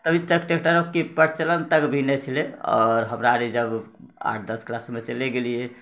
तभी ट्रेक्टरके प्रचलन तक भी नहि छलै आओर हमराअनी जब आठ दस क्लासमे चलि गेलियै